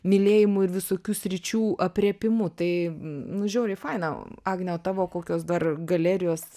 mylėjimu ir visokių sričių aprėpimu tai nu žiauriai faina agne tavo kokios dar galerijos